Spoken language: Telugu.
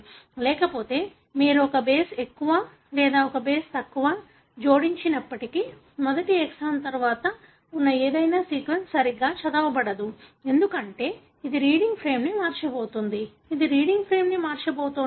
లేకపోతే మీరు ఒక బేస్ ఎక్కువ లేదా ఒక బేస్ తక్కువ జోడించినప్పటికీ మొదటి ఎక్సాన్ తర్వాత ఉన్న ఏదైనా సీక్వెన్స్ సరిగా చదవబడదు ఎందుకంటే ఇది రీడింగ్ ఫ్రేమ్ని మార్చబోతోంది ఇది రీడింగ్ ఫ్రేమ్ని మార్చబోతోంది